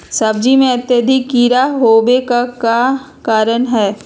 सब्जी में अत्यधिक कीड़ा होने का क्या कारण हैं?